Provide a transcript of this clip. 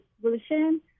solution